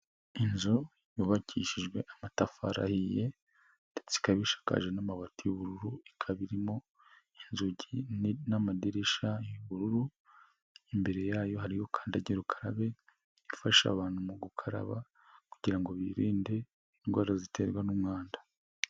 Inzu yubakishijwe amatafari ahiye, ndetse ikaba ishakaje n'amabati y'ubururu, ikaba irimo inzugi n'amadirisha y'ubururu, imbere yayo hari kandagira ukarabe, ifasha abantu mu gukaraba, kugira ngo birinde indwara ziterwa n'umwanda.